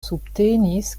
subtenis